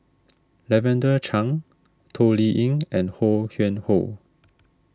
Lavender Chang Toh Liying and Ho Yuen Hoe